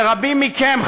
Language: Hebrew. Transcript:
ורבים מכם,